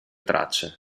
tracce